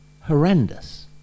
horrendous